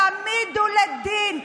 תעמידו לדין,